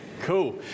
Cool